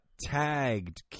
Tagged